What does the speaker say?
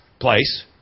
place